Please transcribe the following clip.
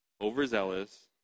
overzealous